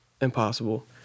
impossible